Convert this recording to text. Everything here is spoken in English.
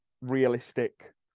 realistic